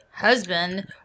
Husband